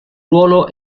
ruolo